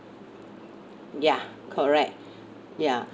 ya correct ya